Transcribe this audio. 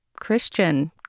Christian